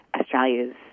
Australia's